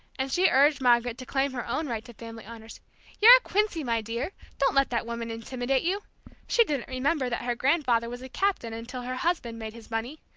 and she urged margaret to claim her own right to family honors you're a quincy, my dear! don't let that woman intimidate you she didn't remember that her grandfather was a captain until her husband made his money.